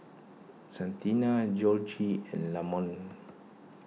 Santina Georgie and Lamonte